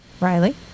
Riley